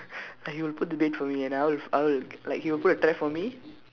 like he will put the bait for me and I'll I'll like he will put a trap for me